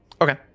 Okay